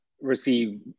receive